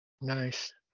Nice